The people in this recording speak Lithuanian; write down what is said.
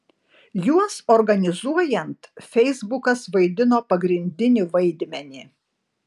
juos organizuojant feisbukas vaidino pagrindinį vaidmenį